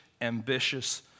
ambitious